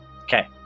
Okay